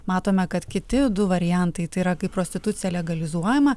matome kad kiti du variantai tai yra kai prostitucija legalizuojama